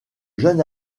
jeune